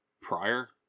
prior